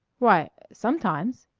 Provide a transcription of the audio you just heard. why sometimes.